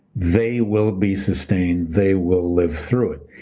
they will be sustained. they will live through it.